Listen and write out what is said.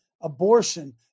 abortion